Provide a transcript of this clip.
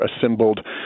assembled